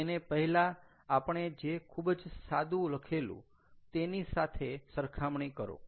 તેને પહેલા આપણે જે ખુબ જ સાદું લખેલું તેની સાથે સરખામણી કરો